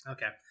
Okay